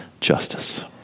justice